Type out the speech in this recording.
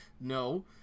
no